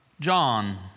John